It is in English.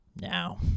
Now